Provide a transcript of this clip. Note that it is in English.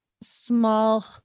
small